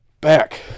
back